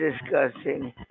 discussing